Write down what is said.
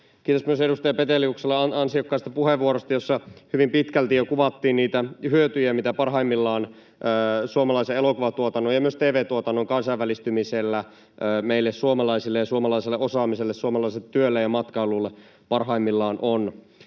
Kiitos myös edustaja Peteliukselle ansiokkaasta puheenvuorosta, jossa hyvin pitkälti jo kuvattiin niitä hyötyjä, mitä suomalaisen elokuvatuotannon ja myös tv-tuotannon kansainvälistymisellä meille suomalaisille ja suomalaiselle osaamiselle, suomalaiselle työlle ja matkailulle parhaimmillaan on.